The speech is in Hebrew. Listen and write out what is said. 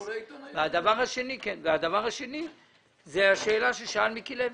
הדבר השני, השאלה ששאל מיקי לוי.